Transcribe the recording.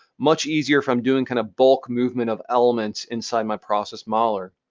much easier if i'm doing kind of bulk movement of elements inside my process modeler.